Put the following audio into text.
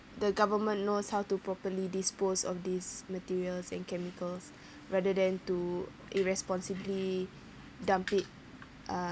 the government knows how to properly dispose of these materials and chemicals rather than to irresponsibly dump it uh